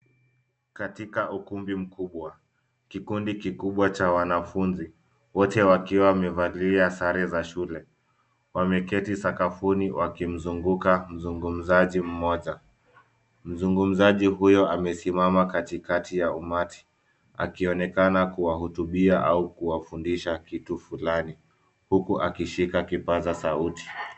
Katika ukumbi mkubwa, kikundi kikubwa cha wanafunzi, wote wakiwa wamevalia sare za shule. Wameketi sakafuni wakimzunguka mzungumzaji mmoja. Mzungumzaji huyo amesimama katikati ya ummati akionekana kuwahutubia au kuwafundisha kitu fulani huku akishika kipaza sauti.